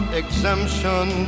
exemption